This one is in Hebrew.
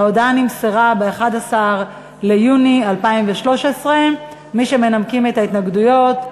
ההודעה נמסרה ב-11 ביוני 2013. מי שמנמקים את ההתנגדויות,